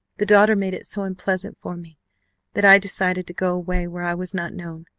the daughter made it so unpleasant for me that i decided to go away where i was not known,